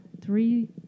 three